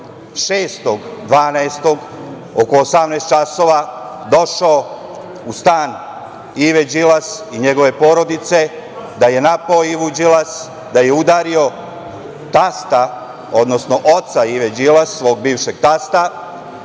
oko 18.00 časova došao u stan Ive Đilas i njene porodice, da je napao Ivu Đilas, da je udario tasta, odnosno oca Ive Đilas, svog bivšeg tasta,